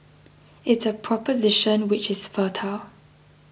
it's a proposition which is fertile